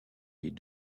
les